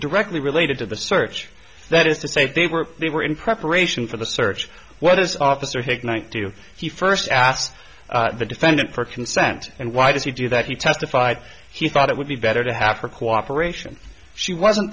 directly related to the search that is to say they were they were in preparation for the search where this officer hignett do he first asked the defendant for consent and why does he do that he testified he thought it would be better to have her cooperation she wasn't